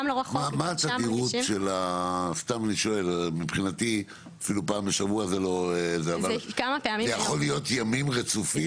אני שואל מבחינתי, זה יכול להיות ימים רצופים?